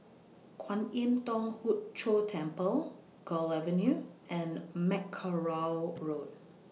Kwan Im Thong Hood Cho Temple Gul Avenue and Mackerrow Road